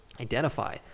identify